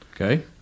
Okay